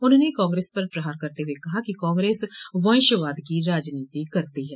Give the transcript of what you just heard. उन्होंने कांग्रेस पर प्रहार करते हुए कहा कि कांग्रेस वंशवाद की राजनीति करती है